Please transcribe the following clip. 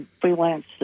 freelance